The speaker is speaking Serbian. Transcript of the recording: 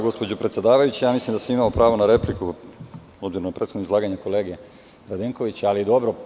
Gospođo predsedavajuća, mislim da sam imao pravo na repliku na prethodno izlaganje kolege Radenkoviću, ali dobro.